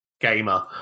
gamer